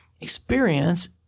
experience